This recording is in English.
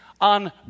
on